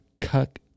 cut